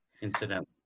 Incidentally